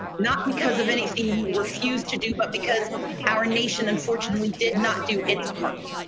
not because of anything you refused to do but because our nation unfortunately did not do its part.